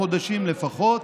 כמה חודשים לפחות,